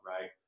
right